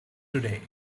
today